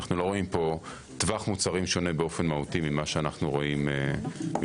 אנו לא רואים פה טווח מוצרים שונה מהותית ממה שאנו רואים בעולם.